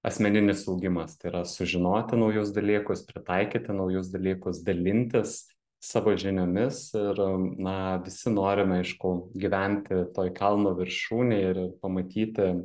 asmeninis augimas tai yra sužinoti naujus dalykus pritaikyti naujus dalykus dalintis savo žiniomis ir na visi norime aišku gyventi toj kalno viršūnėj ir pamatyti